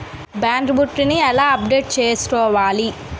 Bank book నీ ఎలా update చేసుకోవాలి?